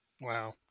Wow